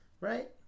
right